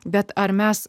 bet ar mes